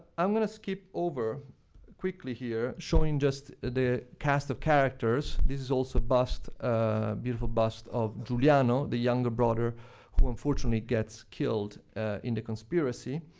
i'm gonna skip over quickly here showing just the cast of characters. this is also a bust, a beautiful bust of giuliano, the younger brother who unfortunately gets killed in the conspiracy.